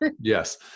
Yes